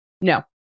no